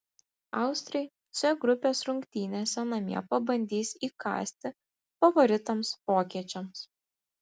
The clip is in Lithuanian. austrai c grupės rungtynėse namie pabandys įkąsti favoritams vokiečiams